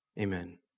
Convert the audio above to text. Amen